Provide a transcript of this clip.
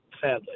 sadly